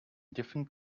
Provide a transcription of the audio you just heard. different